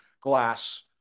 glass